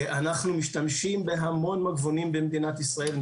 אנחנו משתמשים בהמון מגבונים במדינת ישראל,